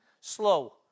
slow